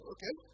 Okay